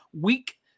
weak